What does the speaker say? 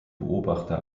beobachter